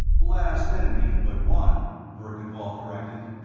last enemy but one, verkan vall corrected.